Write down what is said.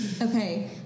Okay